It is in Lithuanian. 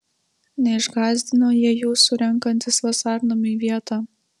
neišgąsdino jie jūsų renkantis vasarnamiui vietą